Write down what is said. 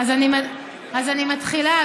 אני מתחילה.